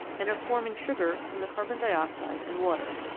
and of forming sugar from the carbon dioxide and water.